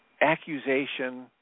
accusation